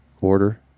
order